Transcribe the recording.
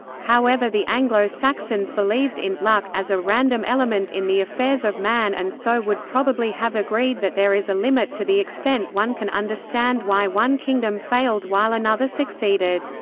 however the anglo-saxons believed in luck as a random element in the affairs of man and so would probably have agreed that there is a limit to the extent one can understand why one kingdom failed while another succeeded.